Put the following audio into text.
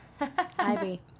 Ivy